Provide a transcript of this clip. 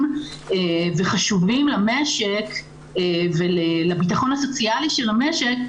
וחשובים למשק ולביטחון הסוציאלי של המשק,